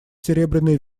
серебряный